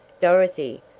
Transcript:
dorothy,